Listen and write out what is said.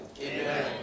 Amen